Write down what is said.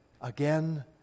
again